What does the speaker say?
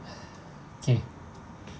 K